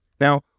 Now